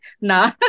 Nah